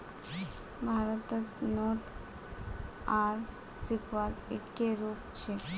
भारतत नोट आर सिक्कार एक्के रूप छेक